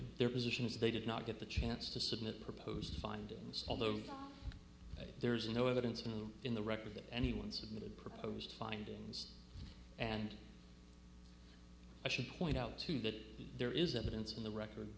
positions they did not get the chance to submit proposed findings although there is no evidence new in the record that anyone submitted proposed findings and i should point out to you that there is evidence in the record